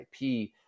IP